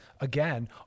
Again